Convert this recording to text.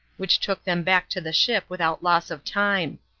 which took them back to the ship without loss of time.